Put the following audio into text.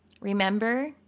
remember